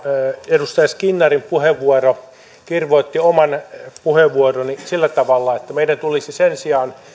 edustaja skinnarin puheenvuoro kirvoitti oman puheenvuoroni sillä tavalla että meidän tulisi sen sijaan